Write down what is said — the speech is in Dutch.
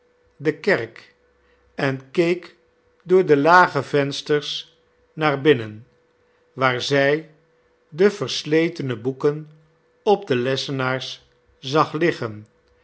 de kerk en keek door de lage vensters naar binnen waar zij de versletene boeken op de lessenaars zag liggen